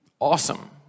Awesome